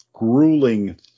grueling